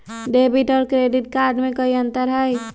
Debit और credit card में कई अंतर हई?